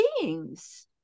beings